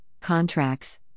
contracts